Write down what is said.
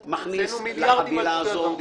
תני לי רק להגיד לך מילה ואת תגידי מה שאת רוצה.